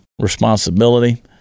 responsibility